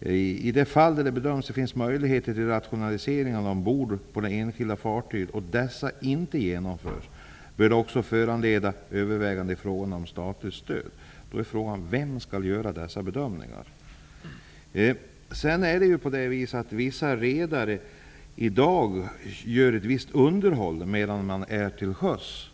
''I det fall det bedöms finnas möjligheter till rationaliseringar ombord på de enskilda fartygen och dessa inte genomförs bör detta också föranleda överväganden i fråga om det statliga stödet.'' Min fråga är: Vem skall göra dessa bedömningar? I dag gör vissa redare underhåll medan fartygen är till sjöss.